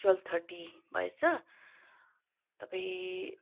twelve thirty भएछ तपाईँ